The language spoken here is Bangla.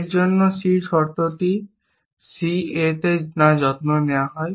এর জন্য C শর্তটি C A তে যা যত্ন নেওয়া হয়